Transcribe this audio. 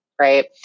right